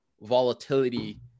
Volatility